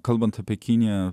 kalbant apie kiniją